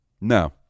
no